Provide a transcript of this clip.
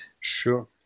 Sure